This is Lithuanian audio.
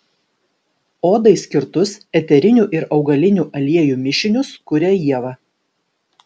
odai skirtus eterinių ir augalinių aliejų mišinius kuria ieva